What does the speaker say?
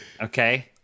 Okay